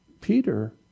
Peter